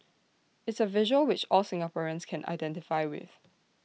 it's A visual which all Singaporeans can identify with